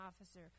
officer